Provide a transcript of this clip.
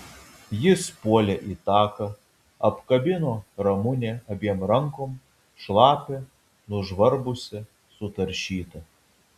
jis puolė į taką apkabino ramunę abiem rankom šlapią nužvarbusią sutaršytą